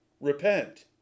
Repent